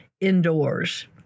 indoors